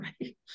right